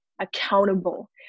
accountable